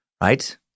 right